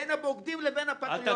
בין הבוגדים לפטריוטים.